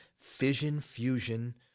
fission-fusion